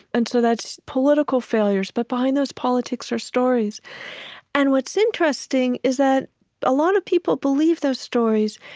and so that's political failures. but behind those politics are stories and what's interesting is that a lot of people believe those stories.